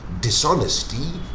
dishonesty